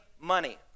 money